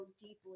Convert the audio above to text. deeply